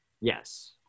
Yes